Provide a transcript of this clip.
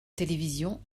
télévision